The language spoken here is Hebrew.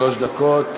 שלוש דקות.